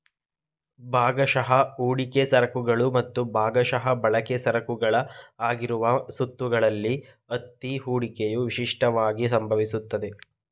ಭಾಗಶಃ ಹೂಡಿಕೆ ಸರಕುಗಳು ಮತ್ತು ಭಾಗಶಃ ಬಳಕೆ ಸರಕುಗಳ ಆಗಿರುವ ಸುತ್ತುಗಳಲ್ಲಿ ಅತ್ತಿ ಹೂಡಿಕೆಯು ವಿಶಿಷ್ಟವಾಗಿ ಸಂಭವಿಸುತ್ತೆ